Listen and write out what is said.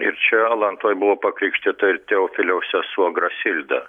ir čia alantoj buvo pakrikštyta ir teofiliaus sesuo grasilda